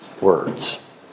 words